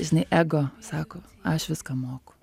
žinai ego sako aš viską moku